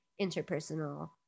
interpersonal